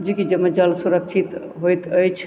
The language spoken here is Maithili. जेकि जाहिमे जल सुरक्षित होइत अछि